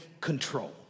control